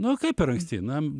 na kaip per anksti na